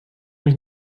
mich